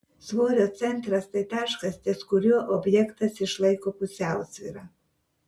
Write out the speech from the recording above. svorio centras tai taškas ties kuriuo objektas išlaiko pusiausvyrą